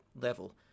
level